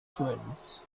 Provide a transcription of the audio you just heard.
friend